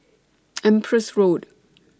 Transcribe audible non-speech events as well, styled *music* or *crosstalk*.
*noise* Empress Road